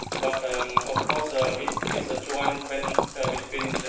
but um of course ah it's a joint venture between